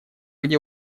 где